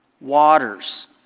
waters